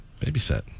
Babysit